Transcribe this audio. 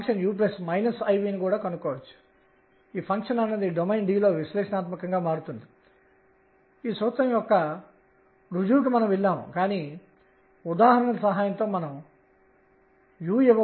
మూడవది నేను ఈ kℏని కలిగి ఉండగలను మరియు z కాంపోనెంట్ అంశం k 2 గా ఉంటుంది